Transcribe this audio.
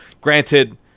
granted